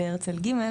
בהרצל ג׳,